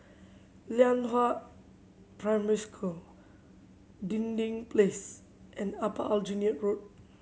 Lianhua Primary School Dinding Place and Upper Aljunied Road